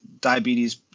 diabetes